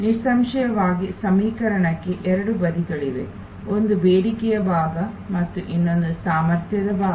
ನಿಸ್ಸಂಶಯವಾಗಿ ಸಮೀಕರಣಕ್ಕೆ ಎರಡು ಬದಿಗಳಿವೆ ಒಂದು ಬೇಡಿಕೆಯ ಭಾಗ ಮತ್ತು ಇನ್ನೊಂದು ಸಾಮರ್ಥ್ಯದ ಭಾಗ